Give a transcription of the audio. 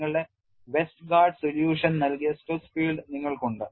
നിങ്ങളുടെ Westergaard solution നൽകിയ stress field നിങ്ങൾക്ക് ഉണ്ട്